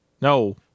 No